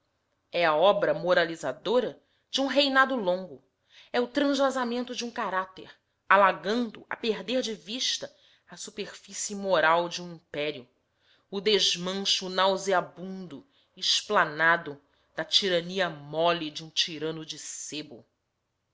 é a obra moralizadora de um reinado longo é o transvasamento de um caráter alargando a perder de vista a superfície moral de um império o desmancho nauseabundo esplanado da tirania mole de um tirano de sebo